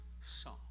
song